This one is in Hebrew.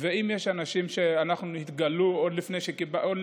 אם יש אנשים שהתגלו עוד לפני שעניתי,